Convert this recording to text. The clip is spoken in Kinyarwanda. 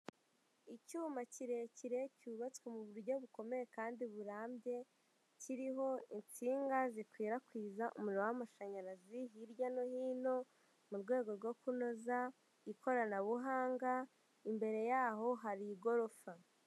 Icyuma kirekire cyubatswe mu buryo bukomeye kandi burambye, kiriho insinga zikwirakwiza umuriro w'amashanyarazi hirya no hino mu rwego rwo kunoza ikoranabuhanga, imbere yaho hari igorofa.